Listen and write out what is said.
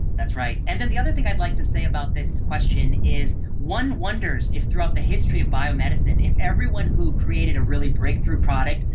that's right. and then the other thing i'd like to say about this question is one wonders if throughout the history of biomedicine if everyone who created a really breakthrough product,